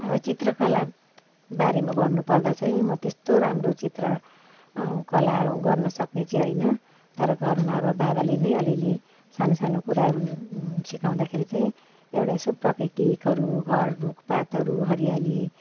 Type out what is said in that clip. अबो चित्रकला बारेमा भन्नुपर्दा चाहिँ म त्यस्तो राम्रो चित्र कला गर्न सक्ने चाहिँ होइन तर घरमा अब बाबाले नै अलिअलि सानो सानो कुराहरू सिकाउँदाखेरि चाहिँ एउटा यसो प्राकृतिकहरू घर रुख पातहरू हरियाली